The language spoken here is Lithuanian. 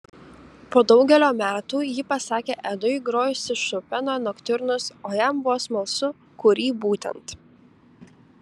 po daugelio metų ji pasakė edui grojusi šopeno noktiurnus o jam buvo smalsu kurį būtent